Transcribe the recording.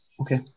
Okay